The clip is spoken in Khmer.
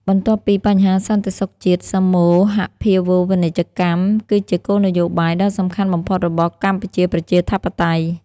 បន្ទាប់ពីបញ្ហាសន្តិសុខជាតិ សមូហភាវូបនីយកម្មគឺជាគោលនយោបាយដ៏សំខាន់បំផុតរបស់កម្ពុជាប្រជាធិបតេយ្យ ។